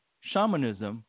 shamanism